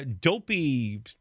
dopey